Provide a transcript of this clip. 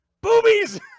boobies